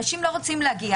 אנשים לא רוצים להגיע